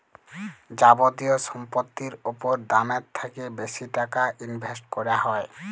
যাবতীয় সম্পত্তির উপর দামের থ্যাকে বেশি টাকা ইনভেস্ট ক্যরা হ্যয়